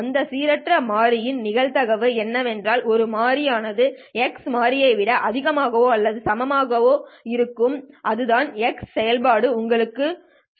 அந்த சீரற்ற மாறியின் நிகழ்தகவு என்னவென்றால் ஒரு மாறி ஆனது x மாறியை விட அதிகமாகவோ அல்லது சமமாகவோ இருக்கும் அதுதான் Q செயல்பாடு உங்களுக்கு சொல்லும்